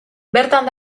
bertan